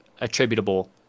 attributable